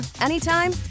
anytime